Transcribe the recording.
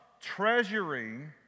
treasuring